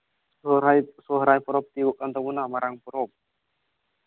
ᱥᱚᱨᱦᱟᱭ ᱯᱚᱨᱚᱵᱽ ᱛᱤᱭᱳᱜᱚᱜ ᱠᱟᱱ ᱛᱟᱵᱳᱱᱟ ᱢᱟᱨᱟᱝ ᱯᱚᱨᱚᱵᱽ